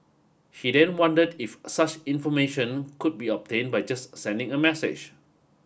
he then wondered if such information could be obtain by just sending a message